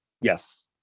Yes